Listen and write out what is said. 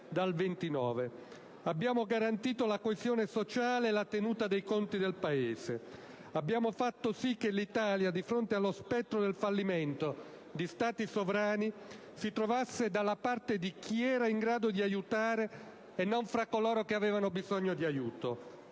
dal 1929; abbiamo garantito la coesione sociale e la tenuta dei conti del Paese; abbiamo fatto sì che l'Italia, di fronte allo spettro del fallimento di Stati sovrani, si trovasse dalla parte di chi era in grado di aiutare e non fra coloro che avevano bisogno di aiuto.